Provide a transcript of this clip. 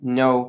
no